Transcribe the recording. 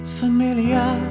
familiar